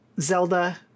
Zelda